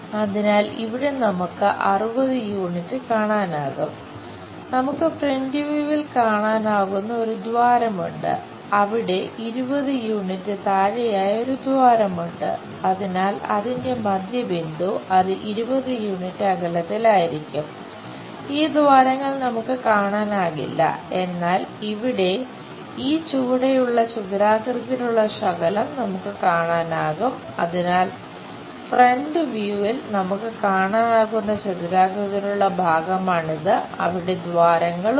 അതിനാൽ ഇവിടെ നമുക്ക് 60 യൂണിറ്റ്സ് നമുക്ക് കാണാനാകുന്ന ചതുരാകൃതിയിലുള്ള ഭാഗമാണിത് അവിടെ ദ്വാരങ്ങളുണ്ട്